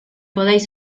podéis